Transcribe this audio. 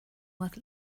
worth